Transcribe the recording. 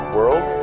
World